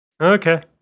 Okay